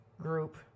group